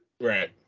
Right